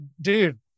dude